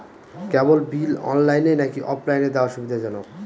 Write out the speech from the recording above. কেবল bill অনলাইনে নাকি অফলাইনে দেওয়া সুবিধাজনক?